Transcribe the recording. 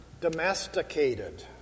domesticated